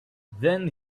then